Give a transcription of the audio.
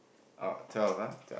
oh twelve ah twelve